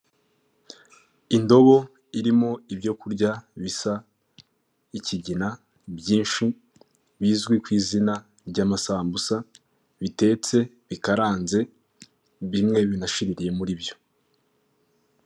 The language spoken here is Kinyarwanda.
Indobo irimo ibyo kurya bisa ikigina byinshi, bizwi ku izina ry'amasambusa bitetse, bikaranze bimwe binashiririye muri byo.